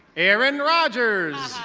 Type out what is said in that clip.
erin rogers.